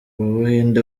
buhinde